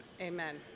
Amen